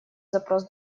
запрос